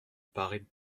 paraît